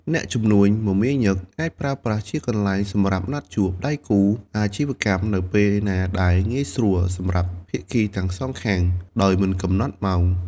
អ្នកជំនួញមមាញឹក អាចប្រើប្រាស់ជាកន្លែងសម្រាប់ណាត់ជួបដៃគូអាជីវកម្មនៅពេលណាដែលងាយស្រួលសម្រាប់ភាគីទាំងសងខាង ដោយមិនកំណត់ម៉ោង។